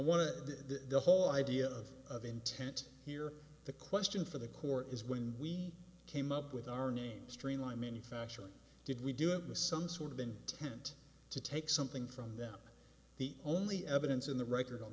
to the whole idea of of intent here the question for the court is when we came up with our name streamlined manufacturing did we do it with some sort of been tend to take something from them the only evidence in the record on